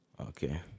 Okay